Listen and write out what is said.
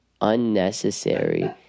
unnecessary